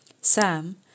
Sam